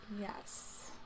Yes